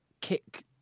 kick